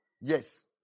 Yes